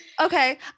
Okay